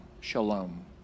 Shalom